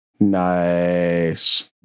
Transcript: Nice